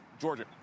Georgia